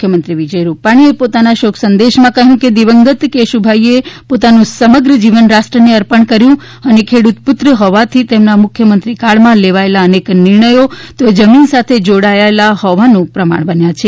મુખ્યમંત્રી વિજય રૂપાણીએ પોતાના શોક સંદેશમાં કહ્યું છે કે દિવંગત કેશુભાઈએ પોતાનું સમગ્ર જીવન રાષ્ટ્રને અર્પણ કર્યું હતું અને ખેડૂતપુત્ર હોવાથી તેમના મુખ્યમંત્રીકાળમાં લેવાયેલા અનેક નિર્ણય તેઓ જમીન સાથે જોડાયેલા હોવાનું પ્રમાણ બન્યા છે